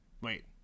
Wait